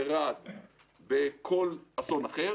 ברעד או בכל אסון אחר